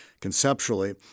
conceptually